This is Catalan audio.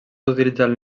utilitzant